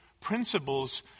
principles